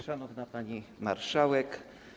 Szanowna Pani Marszałek!